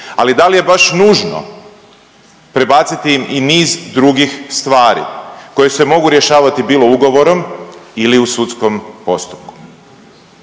ali da li je baš nužno prebaciti i niz drugih stvari koje se mogu rješavati bilo ugovorom ili u sudskom postupku.